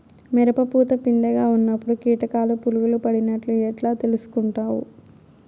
మిరప పూత పిందె గా ఉన్నప్పుడు కీటకాలు పులుగులు పడినట్లు ఎట్లా తెలుసుకుంటావు?